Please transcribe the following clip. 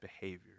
behaviors